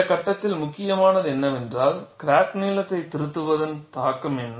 இந்த கட்டத்தில் முக்கியமானது என்னவென்றால் கிராக் நீளத்தை திருத்துவதன் தாக்கம் என்ன